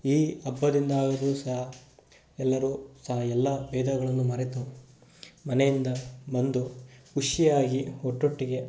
ಈ ಹಬ್ಬದಿಂದಾದರೂ ಸಹ ಎಲ್ಲರೂ ಸಹ ಎಲ್ಲ ಭೇದಗಳನ್ನು ಮರೆತು ಮನೆಯಿಂದ ಬಂದು ಖುಷಿಯಾಗಿ ಒಟ್ಟೊಟ್ಟಿಗೆ